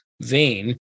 vein